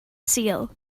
sul